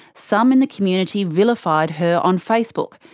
some in the community vilified her on facebook,